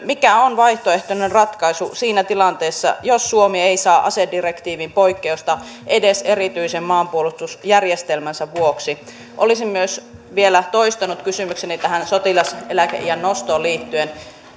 mikä on vaihtoehtoinen ratkaisu siinä tilanteessa jos suomi ei saa asedirektiiviin poikkeusta edes erityisen maanpuolustusjärjestelmänsä vuoksi olisin myös vielä toistanut kysymykseni tähän sotilaseläkeiän nostoon liittyen